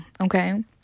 okay